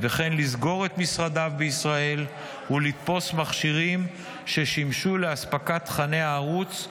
וכן לסגור את משרדיו בישראל ולתפוס מכשירים ששימשו לאספקת תוכני הערוץ,